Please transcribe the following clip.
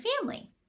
family